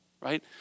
Right